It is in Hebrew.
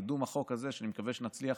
קידום החוק הזה, שאני מקווה שנצליח